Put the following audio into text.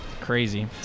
Crazy